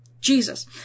Jesus